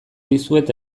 dizuet